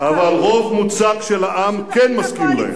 אבל רוב מוצק של העם כן מסכים.